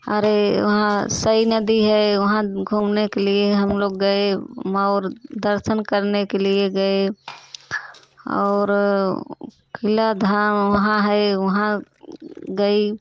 अरे वहाँ सई नदी है वहाँ घूमने के लिए हम लोग गए मौर दर्शन करने के लिए गए और खिला धाम वहाँ है वहाँ गई